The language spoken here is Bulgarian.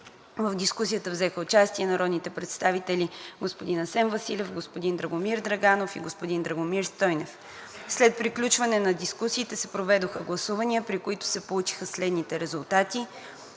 В дискусията взеха участие народните представители господин Асен Василев, господин Драгомир Драганов и господин Драгомир Стойнев. След приключване на дискусиите се проведоха гласувания, при които се получиха следните резултати: